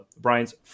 Brian's